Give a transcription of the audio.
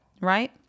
Right